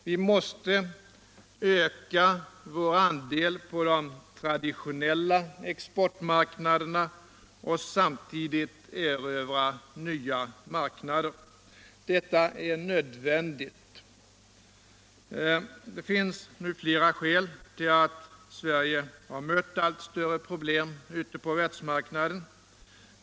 Vi måste öka vår andel på de traditionella exportmarknaderna och samtidigt erövra nya marknader. Det finns flera skäl till att Sverige har mött allt större problem ute på världsmarknaden.